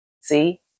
See